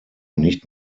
nicht